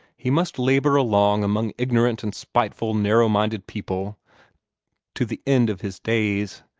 he must labor along among ignorant and spiteful narrow-minded people to the end of his days,